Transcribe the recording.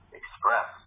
express